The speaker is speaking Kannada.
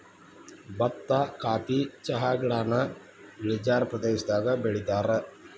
ಬತ್ತಾ ಕಾಫಿ ಚಹಾಗಿಡಾನ ಇಳಿಜಾರ ಪ್ರದೇಶದಾಗ ಬೆಳಿತಾರ